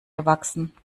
gewachsen